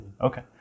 Okay